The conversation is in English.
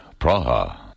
Praha